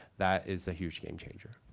that is a huge gamechanger.